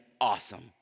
awesome